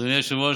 אדוני היושב-ראש,